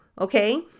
okay